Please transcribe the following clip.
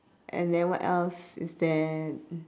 and then what else is there